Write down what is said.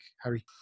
Harry